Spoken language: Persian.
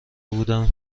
بودم